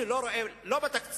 אני לא רואה בתקציב,